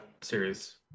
series